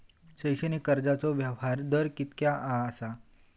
शैक्षणिक कर्जासाठीचो व्याज दर कितक्या आसा?